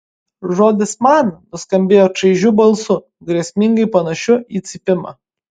žodis man nuskambėjo čaižiu balsu grėsmingai panašiu į cypimą